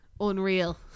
unreal